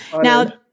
Now